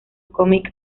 cómic